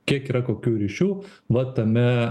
kiek yra kokių ryšių va tame